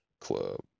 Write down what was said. club